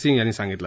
सिंग यांनी सांगितलं